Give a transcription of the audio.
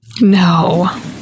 No